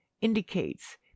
indicates